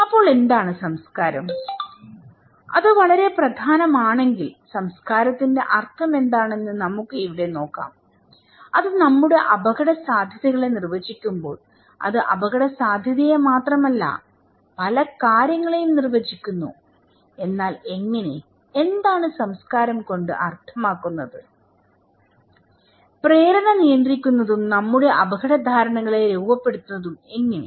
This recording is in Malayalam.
അപ്പോൾ എന്താണ് സംസ്കാരം അത് വളരെ പ്രധാനമാണെങ്കിൽ സംസ്കാരത്തിന്റെ അർത്ഥമെന്താണെന്ന് നമുക്ക് ഇവിടെ നോക്കാം അത് നമ്മുടെ അപകടസാധ്യതകളെ നിർവചിക്കുമ്പോൾ അത് അപകടസാധ്യതയെ മാത്രമല്ല പല കാര്യങ്ങളെയും നിർവചിക്കുന്നു എന്നാൽ എങ്ങനെ എന്താണ് സംസ്കാരം കോണ്ട് അർഥമാക്കുന്നത്പ്രേരണ നിയന്ത്രിക്കുന്നതും നമ്മുടെ അപകട ധാരണകളെ രൂപപ്പെടുത്തുന്നതും എങ്ങനെ